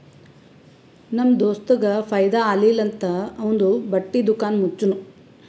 ನಮ್ ದೋಸ್ತಗ್ ಫೈದಾ ಆಲಿಲ್ಲ ಅಂತ್ ಅವಂದು ಬಟ್ಟಿ ದುಕಾನ್ ಮುಚ್ಚನೂ